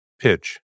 Pitch